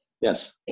yes